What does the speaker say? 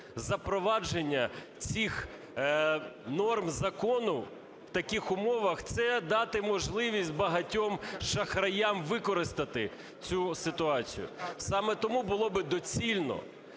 Запровадження цих норм закону в таких умовах – це дати можливість багатьом шахраям використати цю ситуацію. Саме тому було би доцільно